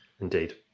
Indeed